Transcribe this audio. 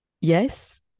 yes